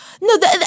No